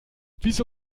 wieso